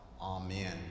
Amen